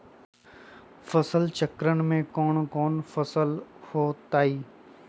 फसल चक्रण में कौन कौन फसल हो ताई?